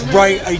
right